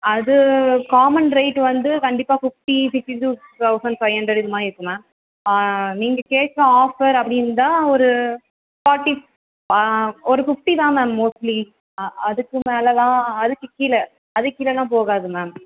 அது common rate வந்து கண்டிப்பாக fifty sixty two thousand five hundred இதுமாதிரி இருக்கும் மேம் நீங்கள் கேட்ட ஆஃபர் அப்படின்னு இருந்தால் ஒரு ஃபார்ட்டி ஒரு ஃபிஃப்டி தான் மேம் மோஸ்ட்லி ஆ அதுக்கு மேலேலாம் அதுக்கு கீழே அதுக்கு கீழேலாம் போகாது மேம்